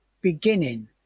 beginning